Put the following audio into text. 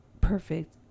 perfect